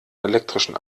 elektrischen